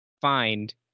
find